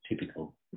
typical